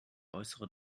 äußere